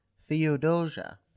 Theodosia